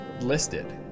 listed